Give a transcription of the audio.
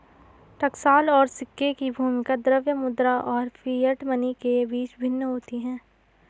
टकसाल और सिक्के की भूमिका द्रव्य मुद्रा और फिएट मनी के बीच भिन्न होती है